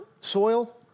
soil